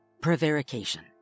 prevarication